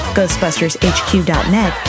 GhostbustersHQ.net